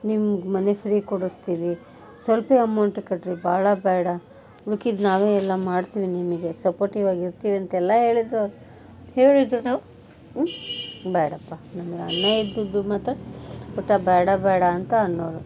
ನಿಮ್ಗೆ ಮನೆ ಫ್ರೀ ಕೊಡಿಸ್ತೀವಿ ಸ್ವಲ್ಪ ಅಮೌಂಟ್ ಕಟ್ಟಿರಿ ಭಾಳ ಬೇಡ ಉಳ್ದಿದ್ ನಾವೇ ಎಲ್ಲ ಮಾಡ್ತೀವಿ ನಿಮಗೆ ಸಪೋರ್ಟಿವಾಗಿ ಇರ್ತೀವಿ ಅಂತೆಲ್ಲ ಹೇಳಿದ್ರು ಹೇಳಿದ್ರೂ ಬೇಡಪ್ಪ ನನಗ್ ಅನ್ಯಾಯದ ದುಡ್ಡು ಮಾತ್ರ ಒಟ್ಟು ಬೇಡ ಬೇಡ ಅಂತ ಅನ್ನೋರು